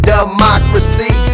Democracy